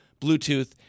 Bluetooth